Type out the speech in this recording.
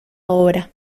obra